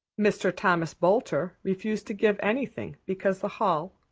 mr. thomas boulter refused to give anything because the hall,